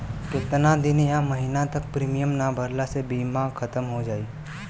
केतना दिन या महीना तक प्रीमियम ना भरला से बीमा ख़तम हो जायी?